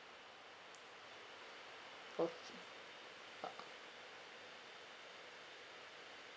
okay uh